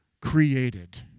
created